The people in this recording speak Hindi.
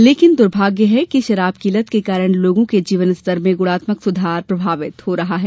लेकिन दुर्भाग्य है कि शराब की लत के कारण लोगों के जीवन स्तर में गुणात्मक सुधार प्रभावित हो रहा है